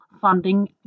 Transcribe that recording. funding